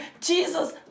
Jesus